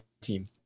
team